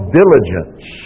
diligence